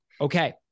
Okay